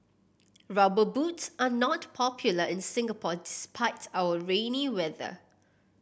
Rubber Boots are not popular in Singapore despite our rainy weather